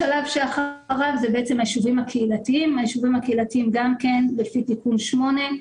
השלב שאחרי זה אלה היישובים הקהילתיים שגם הם לפי תיקון 8,